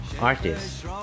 artist